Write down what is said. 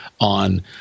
on